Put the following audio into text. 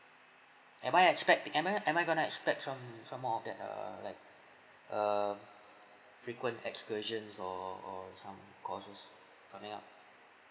am I expect am I am I going to expect some some more of that err like err frequent excursion or or some costs coming up